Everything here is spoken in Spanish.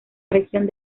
región